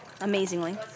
amazingly